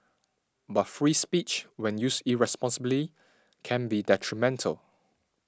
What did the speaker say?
but free speech when used irresponsibly can be detrimental